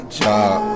job